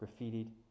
graffitied